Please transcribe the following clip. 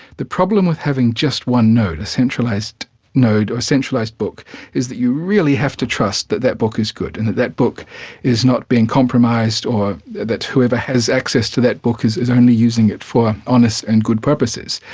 the problem with having just one node, a centralised node or a centralised book is that you really have to trust that that book is good and that that book is not being compromised or that whoever has access to that book is is only using it for honest and good purposes.